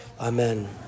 Amen